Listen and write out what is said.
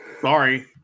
Sorry